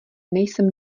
nejsem